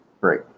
great